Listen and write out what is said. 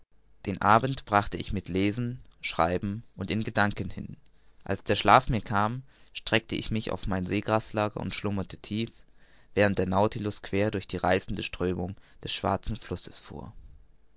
den abend brachte ich mit lesen schreiben und in gedanken hin als der schlaf mir kam streckte ich mich auf mein seegraslager und schlummerte tief während der nautilus quer durch die reißende strömung des schwarzen flusses fuhr